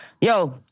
yo